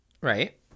Right